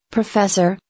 Professor